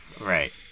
right